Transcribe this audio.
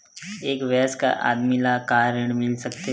एक वयस्क आदमी ला का ऋण मिल सकथे?